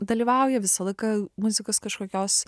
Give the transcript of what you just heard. dalyvauja visą laiką muzikos kažkokios